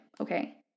okay